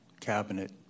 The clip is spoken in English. cabinet